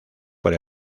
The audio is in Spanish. por